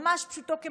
ממש פשוטו כמשמעו.